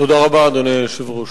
תודה רבה, אדוני היושב-ראש.